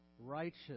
righteous